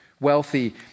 wealthy